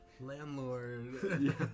Landlord